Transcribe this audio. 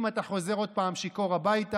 אם אתה חוזר עוד פעם שיכור הביתה,